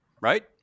right